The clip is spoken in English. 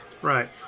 Right